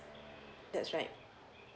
that's right